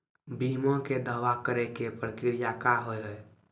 बीमा के दावा करे के प्रक्रिया का हाव हई?